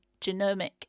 genomic